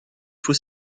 faut